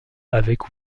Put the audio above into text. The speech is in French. avec